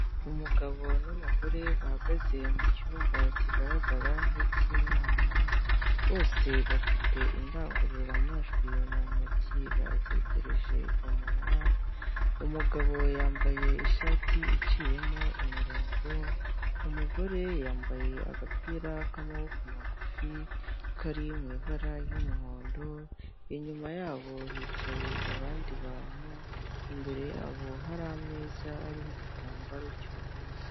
Umugabo n'umugore bahagaze mucyumba kigaragara nk'ikinama bose bafite indangurura majwi mu ntoki bazegereje umunwa umugabo yambaye ishati iciyemo imirongo umugore yambaye agapira k'amaboko magufi kari mu ibara ry'umuhondo inyuma yabo hicaye abandi bantu imbere yabo hari ameza ariho igitambaro cy'umweru .